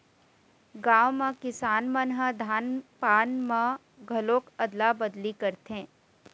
गाँव म किसान मन ह धान पान म घलोक अदला बदली करथे